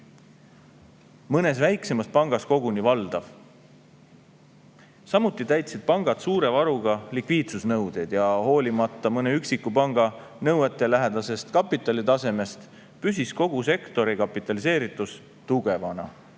mõnes väiksemas pangas koguni valdav. Samuti täitsid pangad suure varuga likviidsusnõudeid ja hoolimata mõne üksiku panga nõuetelähedasest kapitalitasemest, püsis kogu sektori kapitaliseeritus tugevana,